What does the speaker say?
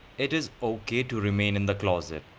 it is okay to remain in the closet